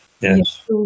yes